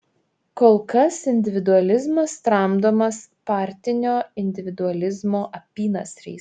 kol kas individualizmas tramdomas partinio individualizmo apynasriais